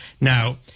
Now